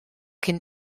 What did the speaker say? cyn